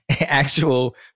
actual